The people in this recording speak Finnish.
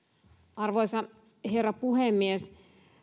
arvoisa herra puhemies